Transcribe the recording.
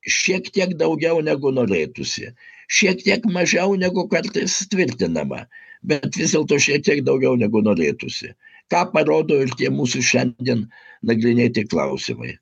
šiek tiek daugiau negu norėtųsi šiek tiek mažiau negu kartais tvirtinama bet vis dėlto šiek tiek daugiau negu norėtųsi tą parodo ir tie mūsų šiandien nagrinėti klausimai